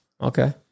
Okay